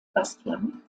bastian